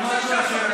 זה משהו אחר.